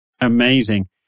Amazing